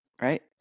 right